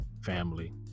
family